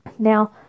Now